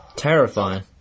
terrifying